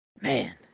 Man